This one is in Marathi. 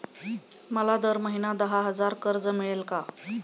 मला दर महिना दहा हजार कर्ज मिळेल का?